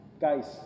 guys